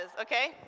okay